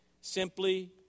simply